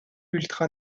ultra